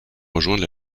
rejoindre